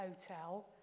hotel